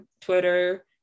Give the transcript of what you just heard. twitter